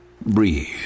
breathe